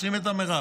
עושים את המרב,